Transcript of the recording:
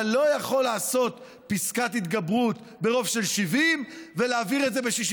אתה לא יכול לעשות פסקת התגברות ברוב של 70 ולהעביר את זה ב-61.